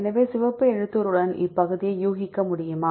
எனவே சிவப்பு எழுத்துருவுடன் இப்பகுதியை யூகிக்க முடியுமா